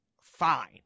fine